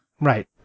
Right